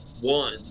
One